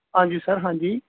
ਹਾਂਜੀ ਸਰ ਹਾਂਜੀ